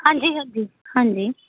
ਹਾਂਜੀ ਹਾਂਜੀ ਹਾਂਜੀ